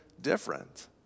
different